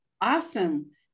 Awesome